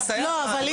לא.